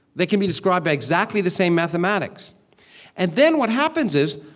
they can be described by exactly the same mathematics and then what happens is,